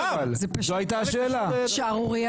זאת פשוט שערורייה.